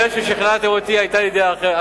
לפני ששכנעתם אותי היתה לי דעה אחרת.